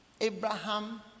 Abraham